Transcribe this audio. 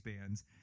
bands